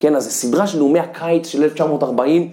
כן, אז זה סדרה של נאומי הקיץ של 1940.